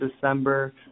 December